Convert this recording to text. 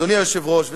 אדוני היושב-ראש,